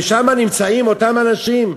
ושם נמצאים אותם אנשים,